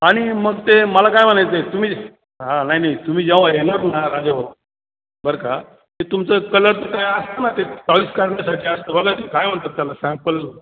आणि मग ते मला काय म्हणायचं आहे तुम्ही हां नाही नाही तुम्ही जेव्हा येणार ना राजाभाऊ बर का ते तुमचं कलरचं काय असतं ना ते चॉईस करण्यासाठी असतं बघा ते काय म्हणतात त्याला सॅम्पल